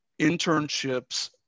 internships